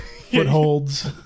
footholds